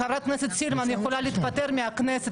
חברת הכנסת סילמן יכולה להתפטר מהכנסת